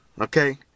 okay